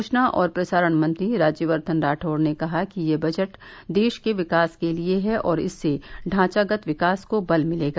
सुचना और प्रसारण मंत्री राज्यवर्द्वन राठौड़ ने कहा कि यह बजट देश के विकास के लिए है और इससे ढांचागत विकास को बल मिलेगा